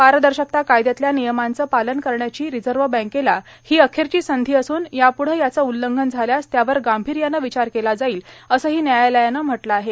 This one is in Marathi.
पारदर्शकता कायद्यातल्या नियमांचं पालन करण्याची रिझर्व्ह बँकेला ही अखेरची संधी असून याप्रढं याचं उल्लंघन झाल्यास त्यावर गांभीर्यानं विचार केला जाईल असंही व्यायालयानं म्हटलं आहे